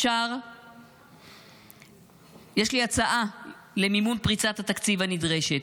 יש לי הצעה למימון פריצת התקציב הנדרשת.